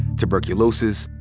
tuberculosis,